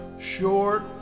Short